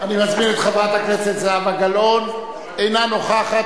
אני מזמין את חברת הכנסת זהבה גלאון, אינה נוכחת.